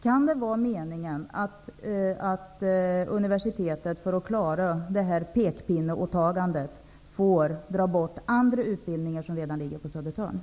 Kan det vara meningen att universitetet får dra bort andra utbildningar som redan ligger på Södertörn för att klara det här pekpinneåtagandet?